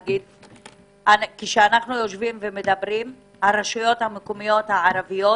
כשאנחנו יושבים ומדברים, הרשויות המקומיות הערביות